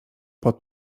pod